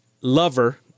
lover